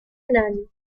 nun